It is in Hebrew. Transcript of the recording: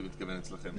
אתה מתכוון.